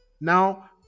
Now